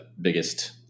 biggest